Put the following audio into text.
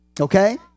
Okay